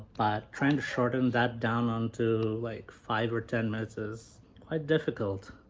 but trying to shorten that down onto like five or ten minutes is quite difficult.